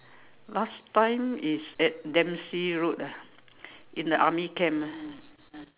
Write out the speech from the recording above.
last time is at Dempsey road ah in the army camp ah